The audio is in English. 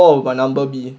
so what would my number be